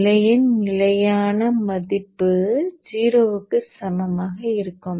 பிழையின் நிலையான மதிப்பு 0 க்கு சமமாக இருக்கும்